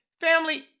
Family